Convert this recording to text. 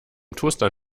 toaster